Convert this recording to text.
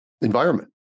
environment